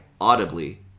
audibly